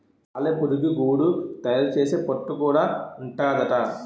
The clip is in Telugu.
సాలెపురుగు గూడడు తయారు సేసే పట్టు గూడా ఉంటాదట